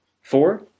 Four